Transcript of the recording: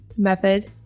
method